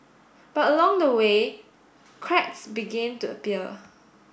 but along the way cracks began to appear